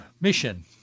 mission